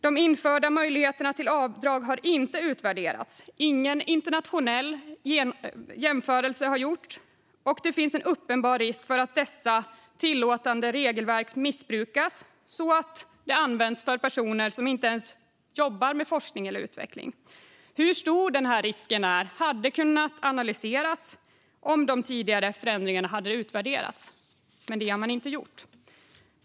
De införda möjligheterna till avdrag har inte utvärderats. Ingen internationell jämförelse har gjorts. Och det finns en uppenbar risk för att dessa tillåtande regelverk missbrukas så att detta används för personer som inte ens jobbar med forskning eller utveckling. Hur stor denna risk är hade kunnat analyseras om de tidigare förändringarna hade utvärderats. Men det har inte gjorts.